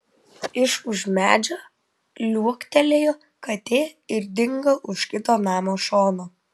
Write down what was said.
iš už medžio liuoktelėjo katė ir dingo už kito namo šono